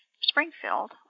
Springfield